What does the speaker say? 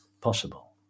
possible